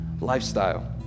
lifestyle